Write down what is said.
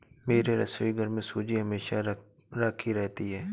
मेरे रसोईघर में सूजी हमेशा राखी रहती है